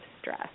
stress